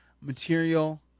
material